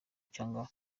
cyangwa